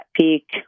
peak